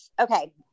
Okay